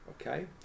okay